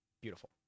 Beautiful